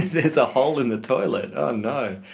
there's a hole in the toilet? ah and